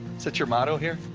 that you're motto here?